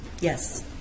Yes